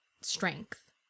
strength